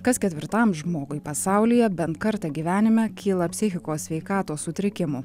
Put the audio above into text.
kas ketvirtam žmogui pasaulyje bent kartą gyvenime kyla psichikos sveikatos sutrikimų